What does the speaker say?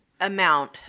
amount